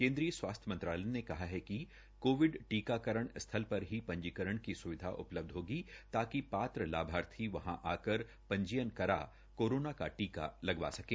केन्द्रीय स्वास्थ्य मंत्रालय ने कहा है कि कोविड टीकाकरण स्थल पर ही पंजीकरण की स्विधा उपलब्ध होगी ताकि पात्र लाभार्थी वहां आकर पंजीयन करा कोरोना का टीका लगवा सकें